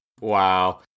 Wow